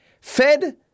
Fed